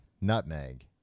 Nutmeg